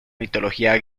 mitología